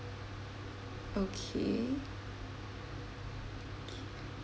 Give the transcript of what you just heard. okay okay